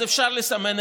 אפשר לסמן וי.